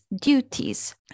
duties